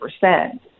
percent